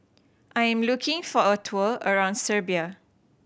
I'm looking for a tour around Serbia